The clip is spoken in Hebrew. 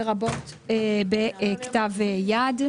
לברות בכתב יד.